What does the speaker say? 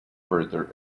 further